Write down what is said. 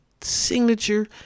signature